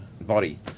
body